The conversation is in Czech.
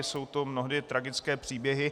Jsou to mnohdy tragické příběhy.